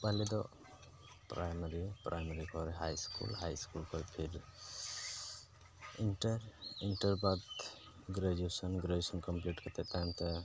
ᱯᱮᱦᱞᱮ ᱫᱚ primary primary ᱠᱷᱚᱱ high school high school ᱠᱷᱚᱱ ᱯᱷᱤᱨ ᱤᱱᱴᱟᱨ ᱤᱱᱴᱟᱨ ᱵᱟᱫ ᱜᱨᱮᱡᱩᱭᱮᱥᱚᱱ ᱜᱟᱮᱡᱩᱭᱮᱥᱚᱱ ᱠᱚᱢᱯᱞᱤᱴ ᱠᱟᱛᱮᱫ ᱛᱟᱭᱚᱢᱛᱮ